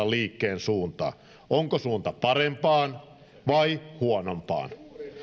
liikkeen suuntaa onko suunta parempaan vai huonompaan